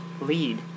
lead